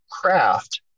craft